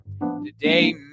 today